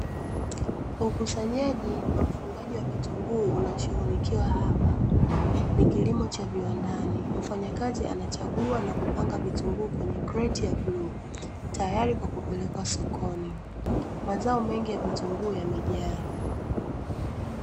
Ukusanyaji na ufungaji wa vitunguu unashughulikiwa hapa, ni kilimo cha viwandani, mfanyakazi anachagua na kupanga vitunguu kwenye kreti ya bluu, tayari kwa kupelekwa sokoni, mazao mengi ya vitunguu yamejaa.